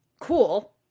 cool